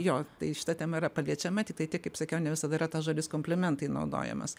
jo tai šita tema yra paliečiama tiktai tai kaip sakiau ne visada yra tas žodis komplimentai naudojamas